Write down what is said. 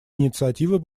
инициативы